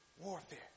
warfare